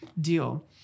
deal